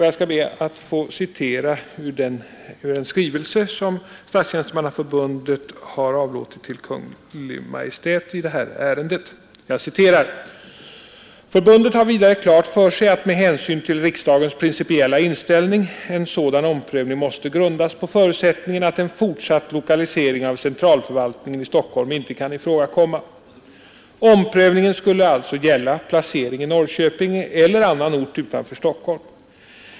Jag ber få citera ur en skrivelse som Statstjänstemannaförbundet avlåtit till Kungl. Maj:t i ärendet: ”Förbundet hade vidare klart för sig att med hänsyn till riksdagens principiella inställning en sådan omprövning måste grundas på förutsättningen att en fortsatt omlokalisering av centralförvaltningen i Stockholm inte kan ifrågakomma. Omprövningen skulle alltså gälla placering i Norrköping eller annan ort utanför Stockholm.